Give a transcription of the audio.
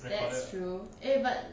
that's true eh but